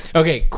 okay